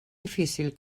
difícil